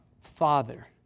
Father